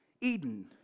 Eden